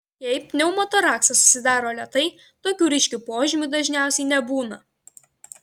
jei pneumotoraksas susidaro lėtai tokių ryškių požymių dažniausiai nebūna